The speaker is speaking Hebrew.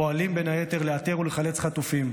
פועלים בין היתר לאתר ולחלץ חטופים,